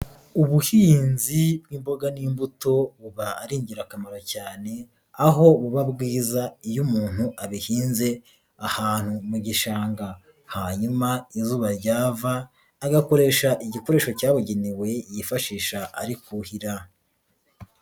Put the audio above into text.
Ubuhinzi bw'imboga n'imbuto buba ari ingirakamaro cyane, aho buba bwiza iyo umuntu abihinze ahantu mu gishanga, hanyuma izuba ryava agakoresha igikoresho cyabugenewe yifashisha ari kuhira.